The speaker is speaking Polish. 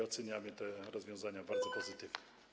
Oceniamy te rozwiązania bardzo pozytywnie.